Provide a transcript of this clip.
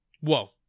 Whoa